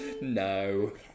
No